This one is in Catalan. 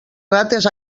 rates